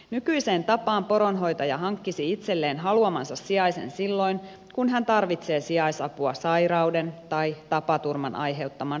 nykyiseen tapaan poronhoitaja hankkisi itselleen haluamansa sijaisen silloin kun hän tarvitsee sijaisapua sairauden tai tapaturman aiheuttaman työkyvyttömyyden johdosta